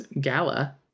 gala